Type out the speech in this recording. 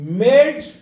made